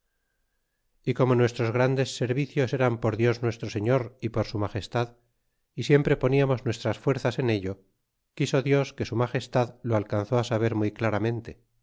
y como nuestros grandes servicios eran por dios nuestro señor y por su magestad y siempre poniamos nuestras fuerzas en ello quiso dios que su magestad lo alcanzó saber muy claramente